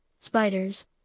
spiders